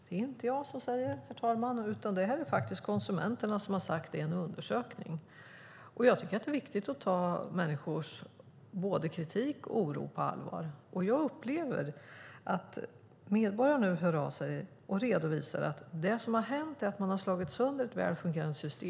Det är inte jag som säger detta, herr talman, utan det är faktiskt konsumenterna som har sagt det i en undersökning. Och jag tycker att det är viktigt att ta både människors kritik och deras oro på allvar. Jag upplever att medborgare nu hör av sig och redovisar att det som har hänt är att man har slagit sönder ett väl fungerande system.